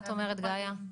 מה את אומרת, גאיה?